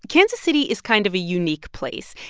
kansas city is kind of a unique place.